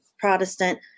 Protestant